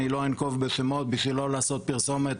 אני לא אנקוב בשמות בשביל לא לעשות פרסומת